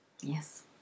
Yes